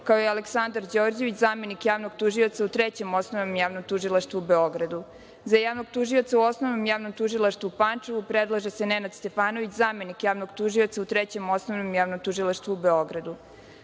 kao i Aleksandar Đorđević, zamenik javnog tužioca u Trećem osnovnom javnom tužilaštvu u Beogradu.Za javnog tužioca u Osnovnom javnom tužilaštvu u Pančevu predlaže se Nenad Stefanović, zamenik javnog tužioca u Trećem osnovnom javnom tužilaštvu u Beogradu.Za